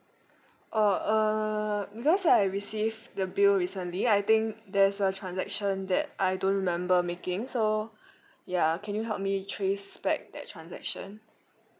oh err because I received the bill recently I think there's a transaction that I don't remember making so ya can you help me trace back that transaction